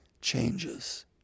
changes